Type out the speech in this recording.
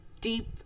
deep